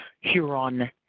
Huron